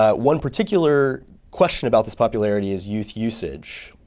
ah one particular question about this popularity is youth usage.